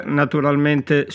naturalmente